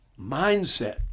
mindset